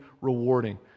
rewarding